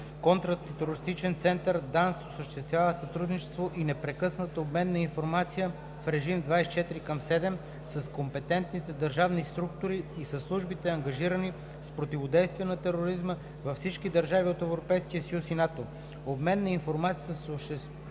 сигурност“ осъществява сътрудничество и непрекъснат обмен на информация в режим 24/7 с компетентните държавни структури и със службите, ангажирани с противодействие на тероризма във всички държави от Европейския съюз и НАТО. Обмен на информация се осъществява